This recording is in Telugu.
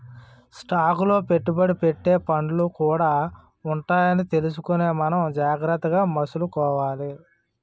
స్టాక్ లో పెట్టుబడి పెట్టే ఫండ్లు కూడా ఉంటాయని తెలుసుకుని మనం జాగ్రత్తగా మసలుకోవాలి